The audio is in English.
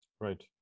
Right